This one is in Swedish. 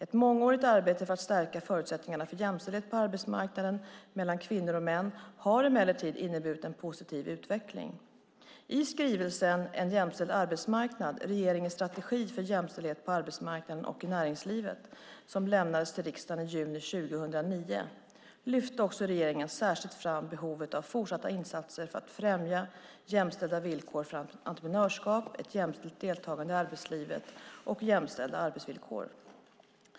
Ett mångårigt arbete för att stärka förutsättningarna för jämställdhet på arbetsmarknaden mellan kvinnor och män har emellertid inneburit en positiv utveckling. I skrivelsen En jämställd arbetsmarknad - regeringens strategi för jämställdhet på arbetsmarknaden och i näringslivet som lämnades till riksdagen i juni 2009 lyfte också regeringen särskilt fram behovet av fortsatta insatser för att främja jämställda villkor för entreprenörskap, ett jämställt deltagande i arbetslivet och jämställda arbetslivsvillkor.